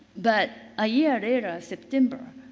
but, a year later, ah september,